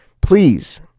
Please